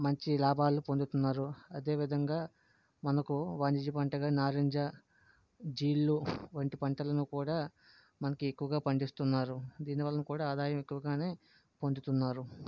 మంచి లాభాలు పోందుతున్నారు అదే విధంగా మనకు వంజి పంటగా నారింజ జిల్లు వంటి పంటలను కూడా మనకి ఎక్కువగా పండిస్తున్నారు దీని వలన కూడా ఆదాయం ఎక్కువుగానే పొందుతున్నారు